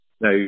Now